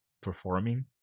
performing